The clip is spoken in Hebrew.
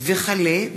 ישיבת